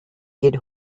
get